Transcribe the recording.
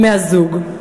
מהזוג.